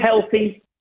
healthy